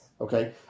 Okay